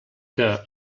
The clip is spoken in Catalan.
que